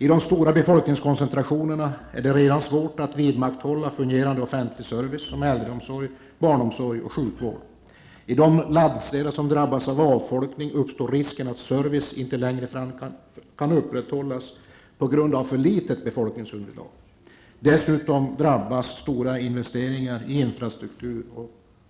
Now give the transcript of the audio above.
I de stora befolkningskoncentrationerna är det redan svårt att vidmakthålla fungerande offentlig service som äldreomsorg, barnomsorg och sjukvård. I de landsdelar som drabbas av avfolkning uppstår risken att service inte längre kan upprätthållas på grund av för litet befolkningsunderlag. Dessutom drabbas stora investeringar i infrastruktur